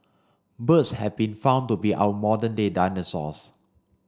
birds have been found to be our modern day dinosaurs